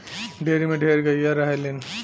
dairy में ढेर गइया रहलीन